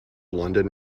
london